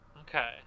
Okay